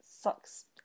sucks